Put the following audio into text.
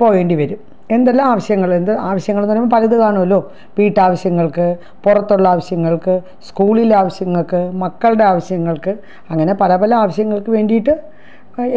പോവേണ്ടിവരും എന്തെല്ലാവശ്യങ്ങളെന്ത് ആവശ്യങ്ങളെന്നു പറയുമ്പോള് പലത് കാണുമല്ലോ വീട്ടാവശ്യങ്ങൾക്ക് പുറത്തുള്ളാവശ്യങ്ങൾക്ക് സ്കൂളീലാവശ്യങ്ങൾക്ക് മക്കളുടെ ആവശ്യങ്ങൾക്ക് അങ്ങനെ പല പല ആവശ്യങ്ങൾക്ക് വേണ്ടിയിട്ട്